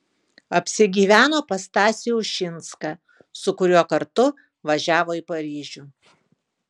apsigyveno pas stasį ušinską su kuriuo kartu važiavo į paryžių